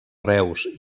reus